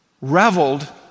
reveled